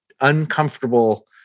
uncomfortable